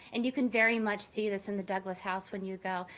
and you can very much see this in the douglass house when you go.